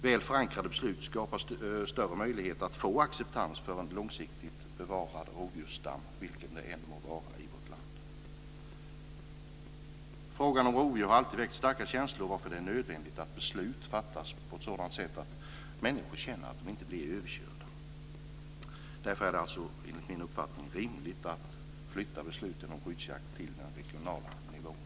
Väl förankrade beslut skapar större möjlighet att få acceptans för en långsiktigt bevarad rovdjursstam, vilken det än må vara, i vårt land. Frågan om rovdjur har alltid väckt starka känslor, varför det är nödvändigt att beslut fattas på ett sådant sätt att människor känner att de inte blir överkörda. Därför är det alltså enligt min uppfattning rimligt att flytta besluten om skyddsjakt till den regionala nivån.